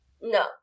No